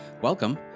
welcome